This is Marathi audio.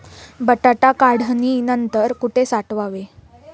बटाटा काढणी नंतर कुठे साठवावा?